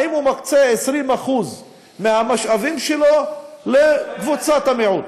האם הוא מקצה 20% מהמשאבים שלו לקבוצת המיעוט?